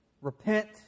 Repent